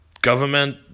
Government